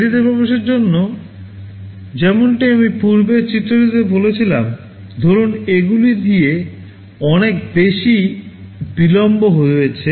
এখন দেরিতে প্রবেশের জন্য যেমনটি আমি পূর্বের চিত্রটিতে বলেছিলাম ধরুন এগুলি দিয়ে অনেক বেশি বিলম্ব হয়েছে